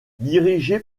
dirigé